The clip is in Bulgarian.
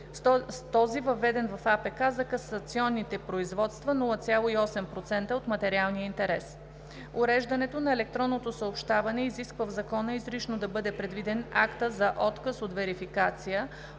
кодекс за касационните производства – 0,8% от материалния интерес; - уреждането на електронното съобщаване изисква в Закона изрично да бъде предвиден акта за отказ от верификация